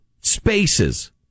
spaces